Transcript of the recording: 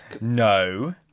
No